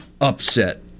upset